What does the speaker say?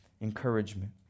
encouragement